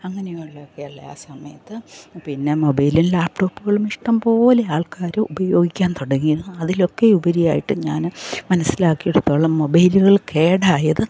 അങ്ങനെയുള്ള ഒക്കെയുള്ള ആ സമയത്ത് പിന്നെ മൊബൈലും ലാപ്ടോപ്പ്കളും ഇഷ്ടംപോലെ ആൾക്കാർ ഉപയോഗിക്കാൻ തുടങ്ങിയിരുന്നു അതിലൊക്കെ ഉപരിയായിട്ട് ഞാൻ മനസ്സിലാക്കിയിടത്തോളം മൊബൈല്കൾ കേടായത്